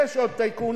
יש עוד טייקון,